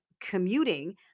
commuting